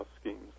schemes